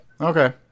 Okay